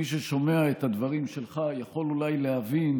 מי ששומע את הדברים שלך יכול אולי להבין